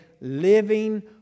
living